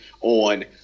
on